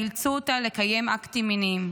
ואילצו אותה לקיים אקטים מיניים.